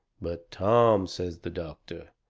but, tom, says the doctor,